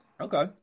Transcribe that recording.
okay